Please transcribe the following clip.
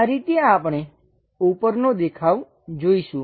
આ રીતે આપણે ઉપરનો દેખાવ જોઈશું